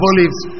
Olives